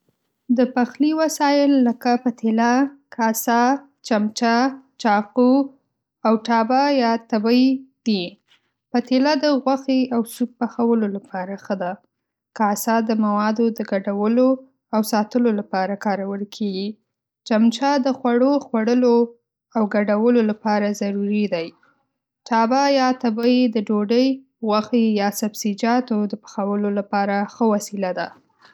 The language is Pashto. د پخلي وسایل لکه پتیله، کاسه، چمچه، چاقو او ټابه یا تبۍ دي. پتیله د غوښې او سوپ پخولو لپاره ښه ده. کاسه د موادو د ګډولو او ساتلو لپاره کارول کېږي. چمچه د خوړو خوړلو او ګډولو لپاره ضروري دی. ټابه یا تبۍ د ډوډۍ، غوښې یا سبزیجاتو د پخولو لپاره ښه وسیله ده.